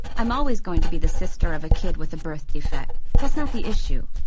i'm always going to be the sister of a kid with a birth defect that's not the issue.